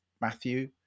matthew